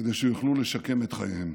כדי שיוכלו לשקם את חייהם.